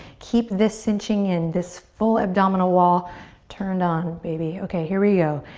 keep this cinching in, this full abdominal wall turned on, baby. okay, here we go.